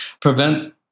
prevent